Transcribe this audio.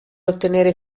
ottenere